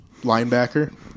linebacker